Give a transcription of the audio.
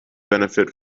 benefit